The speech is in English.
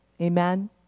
Amen